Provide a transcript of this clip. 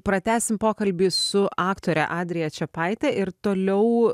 pratęsim pokalbį su aktore adrija čepaite ir toliau